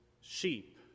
sheep